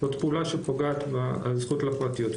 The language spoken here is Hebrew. זו פעולה שפוגעת בזכות לפרטיות,